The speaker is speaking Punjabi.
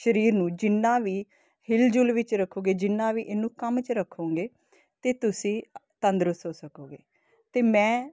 ਸਰੀਰ ਨੂੰ ਜਿੰਨਾ ਵੀ ਹਿਲਜੁਲ ਵਿੱਚ ਰੱਖੋਗੇ ਜਿੰਨਾ ਵੀ ਇਹਨੂੰ ਕੰਮ 'ਚ ਰੱਖੋਗੇ ਤਾਂ ਤੁਸੀਂ ਤੰਦਰੁਸਤ ਹੋ ਸਕੋਗੇ ਅਤੇ ਮੈਂ